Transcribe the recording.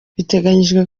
biteganyijwe